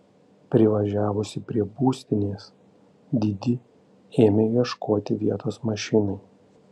privažiavusi prie būstinės didi ėmė ieškoti vietos mašinai